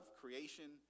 creation